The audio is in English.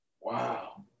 Wow